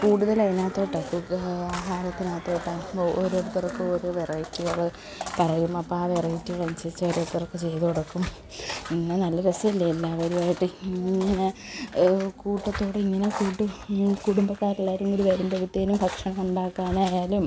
കൂടുതൽ അതിനകത്തോട്ട് ഫുഡ് ആഹാരത്തിനകത്തോട്ട് അങ്ങനെ ഓരോരുത്തർക്കും ഓരോ വെറൈറ്റികൾ പറയും അപ്പം ആ വെറൈറ്റികൾ അനുസരിച്ച് ഓരോരുത്തർക്ക് ചെയ്തു കൊടുക്കും പിന്നെ നല്ല രസമല്ലേ എല്ലാവരും ആയിട്ട് ഇങ്ങനെ കൂട്ടത്തോടെ ഇങ്ങനെ കുടുംബക്കാർ എല്ലാവരും കൂടി വരുമ്പോഴത്തേക്കും ഭക്ഷണം ഉണ്ടാക്കാനായാലും